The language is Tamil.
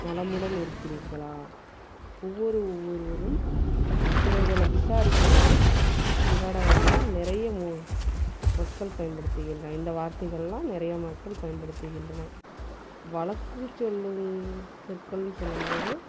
நலமுடன் இருக்கிறீர்களா ஒவ்வொரு ஒவ்வொருவரும் பிறர்களை விசாரிக்கிறது அன்றாட வாழ்வில் நிறைய மு மக்கள் பயன்படுத்துகின்ற இந்த வார்த்தைகளெலாம் நிறைய மக்கள் பயன்படுத்துகின்றன வழக்கு சொல்லில் சொற்கள்னு சொல்லும்போது